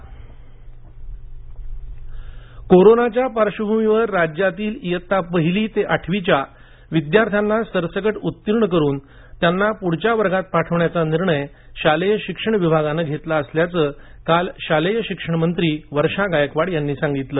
शालेय शिक्षण विभाग निर्णय कोरोनाच्या पार्श्वभूमीवर राज्यातील इयत्ता पहिली ते आठवीच्या विद्यार्थ्यांना सरसकट उत्तीर्ण करून त्यांना पुढच्या वर्गात पाठवण्याचा निर्णय शालेय शिक्षण विभागानं घेतला असल्याचं काल शालेय शिक्षणमंत्री वर्षा गायकवाड यांनी सांगितलं